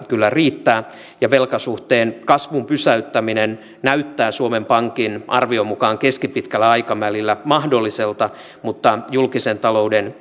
kyllä riittää velkasuhteen kasvun pysäyttäminen näyttää suomen pankin arvion mukaan keskipitkällä aikavälillä mahdolliselta mutta julkisen talouden